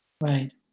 Right